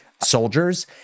soldiers